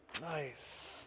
Nice